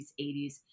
80s